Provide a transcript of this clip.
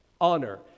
Honor